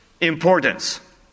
importance